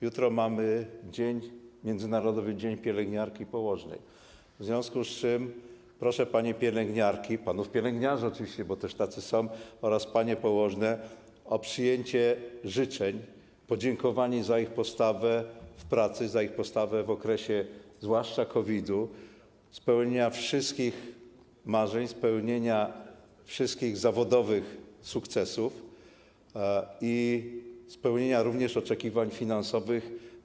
Jutro mamy Międzynarodowy Dzień Pielęgniarki i Położnej, w związku z czym proszę panie pielęgniarki, również panów pielęgniarzy oczywiście, bo też tacy są, oraz panie położne o przyjęcie życzeń, podziękowań za ich postawę w pracy, za ich postawę zwłaszcza w okresie COVID-u, spełnienia wszystkich marzeń, spełnienia wszystkich zawodowych sukcesów, jak również spełnienia oczekiwań finansowych.